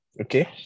Okay